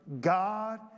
God